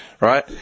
right